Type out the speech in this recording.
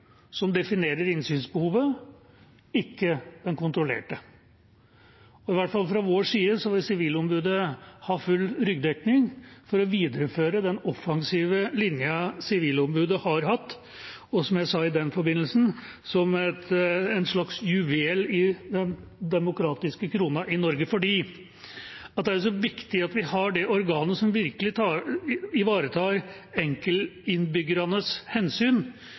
kontrollerte. I hvert fall fra vår side vil Sivilombudet ha full ryggdekning for å videreføre den offensive linjen Sivilombudet har hatt, og – som jeg sa i den forbindelsen – som en slags juvel i den demokratiske kronen i Norge. For det er jo så viktig at vi har det organet som virkelig ivaretar enkeltinnbyggernes hensyn